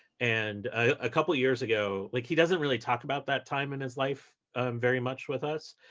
and a couple of years ago like he doesn't really talk about that time in his life very much with us,